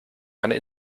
einer